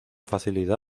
facilidad